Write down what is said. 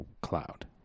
cloud